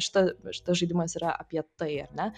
šita šitas žaidimas yra apie tai ar ne